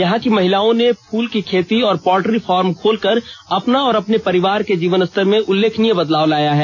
यहां की महिलाओं ने फूल की खेती और पोल्ट्री फॉर्म खोलकर अपना और अपने परिवार के जीवन स्तर में उल्लेखनीय बदलाव लाया है